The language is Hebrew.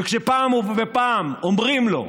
וכשפעם אחרי פעם אומרים לו: